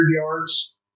yards